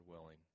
willing